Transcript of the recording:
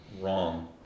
wrong